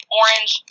orange